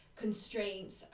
constraints